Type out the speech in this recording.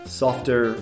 softer